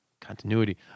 continuity